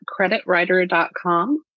creditwriter.com